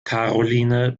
karoline